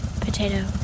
potato